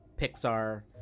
Pixar